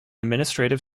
administrative